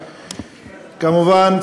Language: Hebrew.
כמובן,